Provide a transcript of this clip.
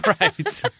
Right